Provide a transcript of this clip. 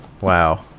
Wow